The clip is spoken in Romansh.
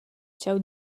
tgau